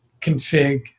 config